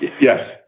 yes